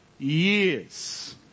years